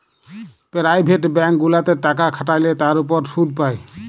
private bank গুলাতে টাকা খাটাল্যে তার উপর শুধ পাই